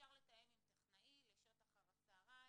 אפשר לתאם עם טכנאי בשעות הצהריים,